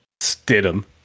Stidham